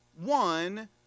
one